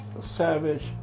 Savage